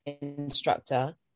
instructor